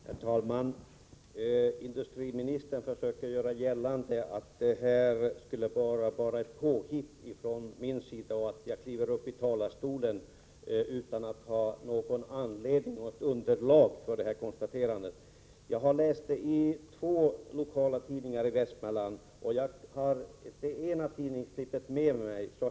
Herr talman! Industriministern försöker göra gällande att detta skulle vara ett påhitt från min sida och att jag kliver upp i talarstolen utan att ha någon anledning eller något underlag för detta konstaterande. Jag har läst detta uttalande i två lokala tidningar i Västmanland. Jag har det ena tidningsurklippet med mig.